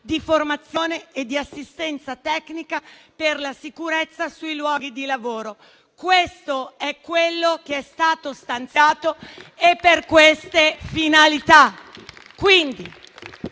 di formazione e di assistenza tecnica per la sicurezza sui luoghi di lavoro. Questo è quello che è stato stanziato e per le finalità